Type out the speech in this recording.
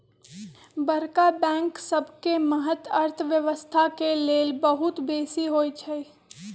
बड़का बैंक सबके महत्त अर्थव्यवस्था के लेल बहुत बेशी होइ छइ